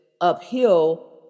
uphill